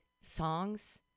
songs